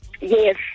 Yes